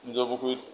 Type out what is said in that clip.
নিজৰ পুখুৰীত